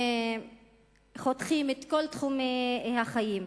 חותכים את כל תחומי החיים.